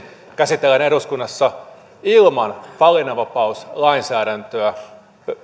käsitellään eduskunnassa ilman valinnanvapauslainsäädäntöä